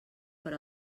per